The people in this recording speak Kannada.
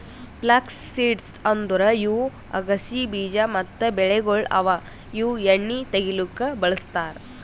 ಫ್ಲಕ್ಸ್ ಸೀಡ್ಸ್ ಅಂದುರ್ ಇವು ಅಗಸಿ ಬೀಜ ಮತ್ತ ಬೆಳೆಗೊಳ್ ಅವಾ ಇವು ಎಣ್ಣಿ ತೆಗಿಲುಕ್ ಬಳ್ಸತಾರ್